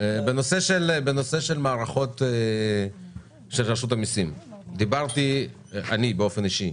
המערכות של רשות המיסים דיברתי באופן אישי